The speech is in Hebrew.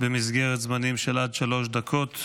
במסגרת זמנים של עד שלוש דקות.